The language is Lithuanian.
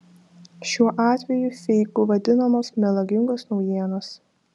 šiuo atveju feiku vadinamos melagingos naujienos